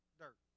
dirt